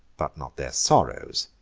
but not their sorrows,